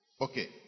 Okay